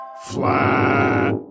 flat